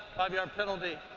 five yard penalty.